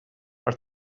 per